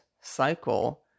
cycle